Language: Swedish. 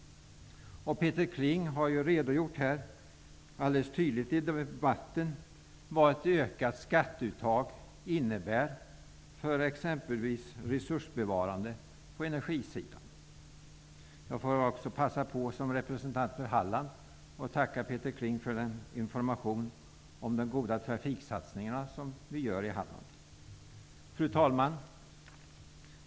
Peter Kling har här i debatten alldeles tydligt redogjort för vad ett ökat skatteuttag innebär för exempelvis resursbevarandet på energisidan. Som representant för Halland får jag också passa på att tacka Peter Kling för informationen om de goda trafiksatsningar som vi gör i Halland. Fru talman!